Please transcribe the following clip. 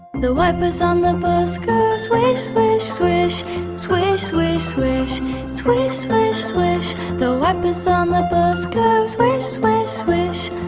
the wipers on the bus go swish, swish, swish swish, swish, swish swish, swish, swish the wipers on the bus go swish, swish, swish